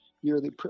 yearly